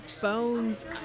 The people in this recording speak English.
bones